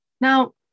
Now